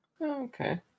Okay